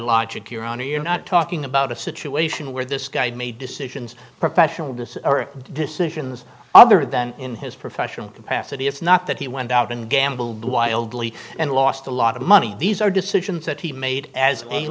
logic iranian not talking about a situation where this guy made decisions professional decisions other than in his professional capacity it's not that he went out and gambled wildly and lost a lot of money these are decisions that he made as a